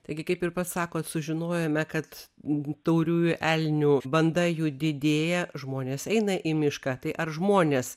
taigi kaip ir pasakot sužinojome kad google tauriųjų elnių banda jų didėja žmonės eina į mišką tai ar žmonės